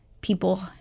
people